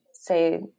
say